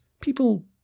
People